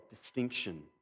distinction